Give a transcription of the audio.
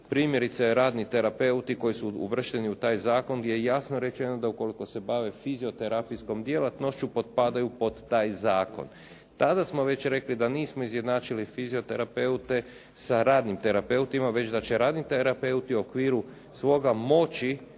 primjerice radni terapeuti koji su uvršteni u taj zakon, gdje je jasno rečeno da ukoliko se bave fizioterapijskom djelatnošću potpadaju pod taj zakon. Tada smo već rekli da nismo izjednačili fizioterapeute sa radnim terapeutima već da će radni terapeuti u okviru svoga moći